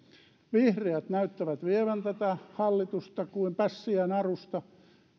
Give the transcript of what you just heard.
vihreät näyttävät vievän tätä hallitusta kuin pässiä narusta